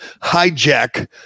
hijack